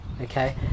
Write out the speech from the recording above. Okay